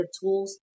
tools